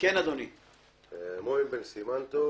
רוי בבקשה.